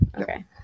Okay